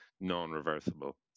non-reversible